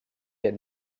had